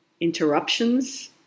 interruptions